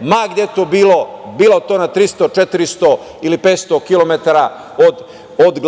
ma gde to bilo, bilo to na 300, 400 ili 500 kilometara od